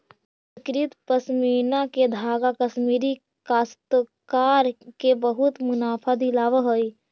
परिष्कृत पशमीना के धागा कश्मीरी काश्तकार के बहुत मुनाफा दिलावऽ हई